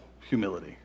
humility